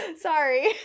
sorry